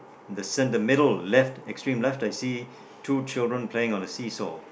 the cen~ the middle left extreme left I see two children playing on the see saw